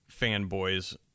fanboys